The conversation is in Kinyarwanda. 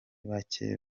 bacye